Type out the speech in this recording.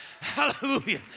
hallelujah